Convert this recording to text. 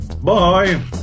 Bye